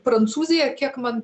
prancūzija kiek man